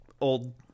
old